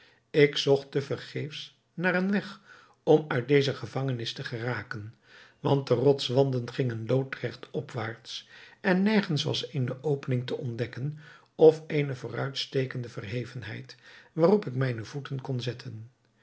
ik zocht te vergeefs naar een weg om uit deze gevangenis te geraken want de rotswanden gingen loodregt opwaarts en nergens was eene opening te ontdekken of eene vooruitstekende verhevenheid waarop ik mijne voeten kon zetten